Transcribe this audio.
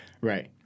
right